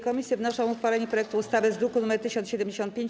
Komisje wnoszą o uchwalenie projektu ustawy z druku nr 1075.